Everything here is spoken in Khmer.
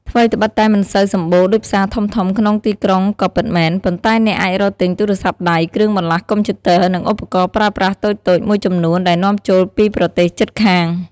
ថ្វីត្បិតតែមិនសូវសម្បូរដូចផ្សារធំៗក្នុងទីក្រុងក៏ពិតមែន ប៉ុន្តែអ្នកអាចរកទិញទូរស័ព្ទដៃ គ្រឿងបន្លាស់កុំព្យូទ័រ និងឧបករណ៍ប្រើប្រាស់តូចៗមួយចំនួនដែលនាំចូលពីប្រទេសជិតខាង។